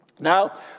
Now